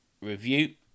review